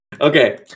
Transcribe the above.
Okay